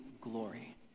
glory